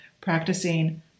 practicing